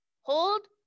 Hold